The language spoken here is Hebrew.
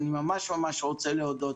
אני ממש רוצה להודות